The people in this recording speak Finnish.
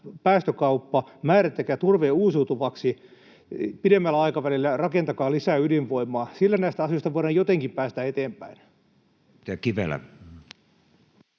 päästökauppa, määritelkää turve uusiutuvaksi. Pidemmällä aikavälillä rakentakaa lisää ydinvoimaa. Sillä näistä asioista voidaan jotenkin päästä eteenpäin.